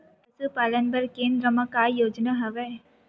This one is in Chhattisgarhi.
पशुपालन बर केन्द्र म का योजना हवे?